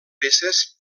peces